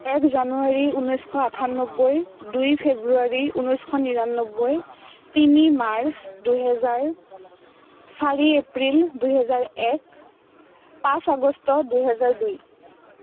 এক জানুৱাৰী ঊনৈছশ আঠান্নবৈ দুই ফেব্ৰুৱাৰী ঊনৈছশ নিৰান্নবৈ তিনি মাৰ্চ দুহেজাৰ চাৰি এপ্ৰিল দুহেজাৰ এক পাঁচ আগষ্ট দুহেজাৰ দুই